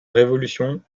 révolution